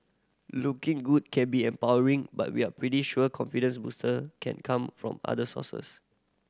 looking good can be empowering but we're pretty sure confidence booster can come from other sources